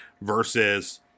versus